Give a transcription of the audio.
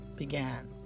Began